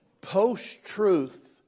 post-truth